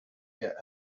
get